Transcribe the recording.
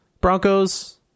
Broncos